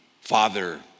Father